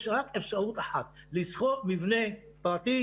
יש רק אפשרות אחת: לשכור מבנה פרטי.